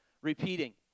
repeating